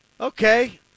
Okay